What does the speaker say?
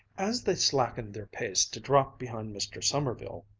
as they slackened their pace to drop behind mr. sommerville,